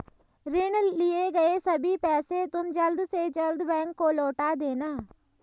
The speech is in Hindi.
ऋण लिए गए सभी पैसे तुम जल्द से जल्द बैंक को लौटा देना